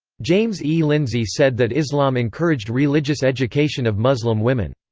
james e. lindsay said that islam encouraged religious education of muslim women.